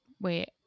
wait